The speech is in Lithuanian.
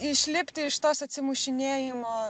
išlipti iš tos atsimušinėjimo